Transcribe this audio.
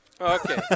Okay